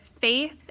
faith